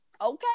Okay